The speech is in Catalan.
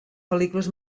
pel·lícules